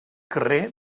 carrer